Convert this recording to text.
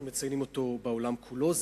אנחנו מציינים אותו בעולם כולו.